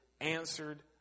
answered